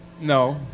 No